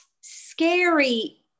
scary